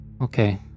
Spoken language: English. Okay